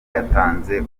yatanze